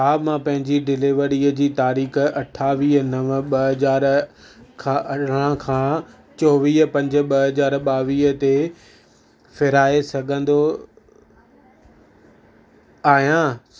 छा मां पंहिंजी डिलीवरीअ जी तारीख़ अठावीह नव ॿ हज़ार खां अरिड़ह खां चोवीह पंज ॿ हज़र ॿावीह ते फेराए सघंदो आहियां